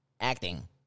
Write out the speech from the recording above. Acting